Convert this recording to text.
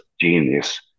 genius